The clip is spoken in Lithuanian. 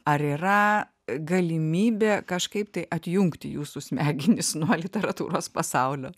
ar yra galimybė kažkaip tai atjungti jūsų smegenis nuo literatūros pasaulio